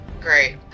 Great